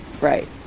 Right